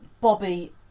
Bobby